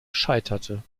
scheiterte